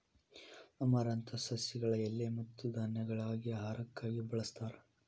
amaranthus ಸಸಿಗಳ ಎಲಿ ಮತ್ತ ಧಾನ್ಯಗಳಾಗಿ ಆಹಾರಕ್ಕಾಗಿ ಬಳಸ್ತಾರ